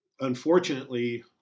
unfortunately